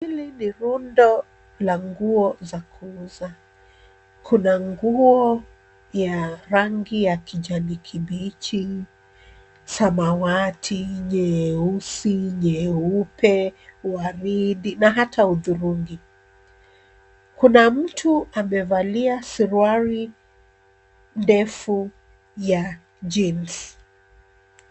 Hili ni rundo la nguo za kuuza. Kuna nguo ya rangi ya kijani kibichi, samawati, nyeusi, nyeupe, waridi na hata hudhurungi. Kuna mtu amevalia suruali ndefu ya jeans .